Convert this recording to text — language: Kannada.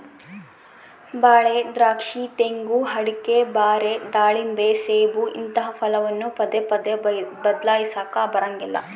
ಬಾಳೆ, ದ್ರಾಕ್ಷಿ, ತೆಂಗು, ಅಡಿಕೆ, ಬಾರೆ, ದಾಳಿಂಬೆ, ಸೇಬು ಇಂತಹ ಫಸಲನ್ನು ಪದೇ ಪದೇ ಬದ್ಲಾಯಿಸಲಾಕ ಬರಂಗಿಲ್ಲ